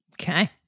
Okay